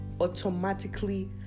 automatically